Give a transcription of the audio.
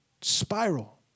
spiral